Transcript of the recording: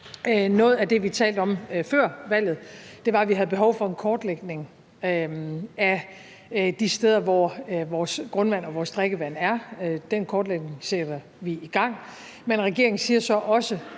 Noget af det, vi talte om før valget, var, at vi havde behov for en kortlægning af de steder, hvor vores grundvand og vores drikkevand er. Den kortlægning sætter vi i gang, men regeringen siger så også,